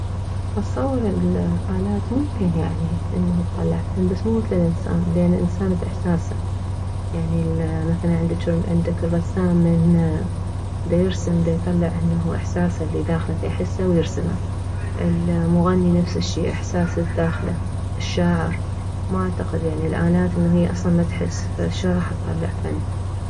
اتصور الالات ممكن انه تطلع فن بس مو مثل الانسان الانسان باحساسه يعني مثلا عندج عندك الرسام من ديرسم ديطلع انه الاحساس الي بداخله ديحسه ويرسمه المغني نفس الشي الاحساس الي بداخله الشاعر ما اعتقد انه الالات اصلا ما تحس فشلون راح تطلع فن